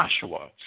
Joshua